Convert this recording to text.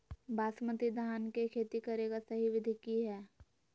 बासमती धान के खेती करेगा सही विधि की हय?